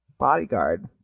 Bodyguard